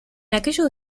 aquellos